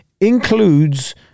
includes